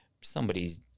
somebody's